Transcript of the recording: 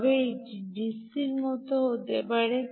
সম্ভবত এটি ডিসির মতো হতে পারে